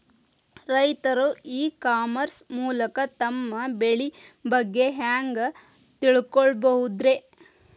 ರೈತರು e commerce ಮೂಲಕ ತಮ್ಮ ಬೆಳಿ ಬಗ್ಗೆ ಹ್ಯಾಂಗ ತಿಳ್ಕೊಬಹುದ್ರೇ?